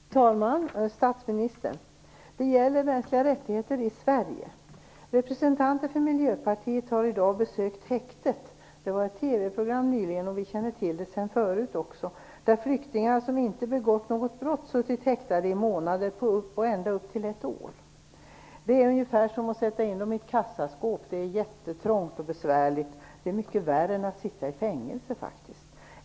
Fru talman! Jag vill ställa en fråga till statsministern om mänskliga rättigheter i Sverige. Representanter för Miljöpartiet har i dag besökt häktet. Det framkom i ett TV-program nyligen, och vi kände till det sedan förut, att flyktingar som inte begått något brott suttit häktade i månader och ända upp till ett år. Det är ungefär som att sätta in dem i ett kassaskåp. Det är jättetrångt och besvärligt - mycket värre än att sitta i fängelse, faktiskt.